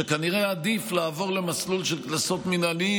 שכנראה עדיף לעבור למסלול של קנסות מינהליים.